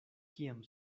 kiam